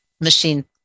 machine